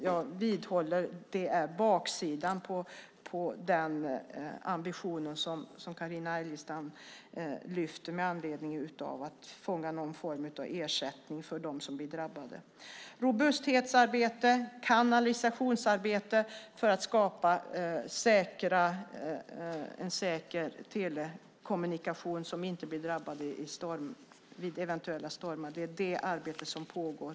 Jag vidhåller att det här är baksidan av den ambition som Carina Adolfsson Elgestam lyfter upp när det gäller att man ska fånga någon form av ersättning för dem som blir drabbade. Det ska vara ett robusthetsarbete och kanalisationsarbete för att skapa en säker telekommunikation som inte drabbas av eventuella stormar. Det är det arbetet som pågår.